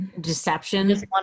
Deception